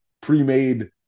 pre-made